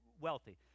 wealthy